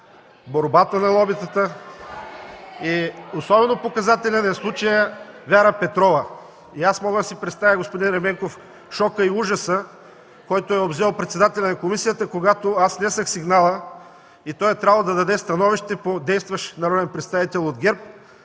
борбата на лобитата. (Реплики от ГЕРБ.) Особено показателен е случаят Вяра Петрова. Аз мога да си представя, господин Ерменков, шока и ужаса, които са обзели председателя на комисията, когато внесох сигнала и той е трябвало да даде становище по действащ народен представител от ГЕРБ,